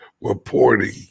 reporting